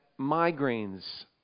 migraines